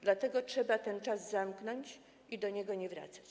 Dlatego trzeba ten czas zamknąć i do niego nie wracać.